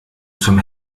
zum